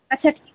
ଆଚ୍ଛା ଠିକ୍